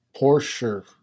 Porsche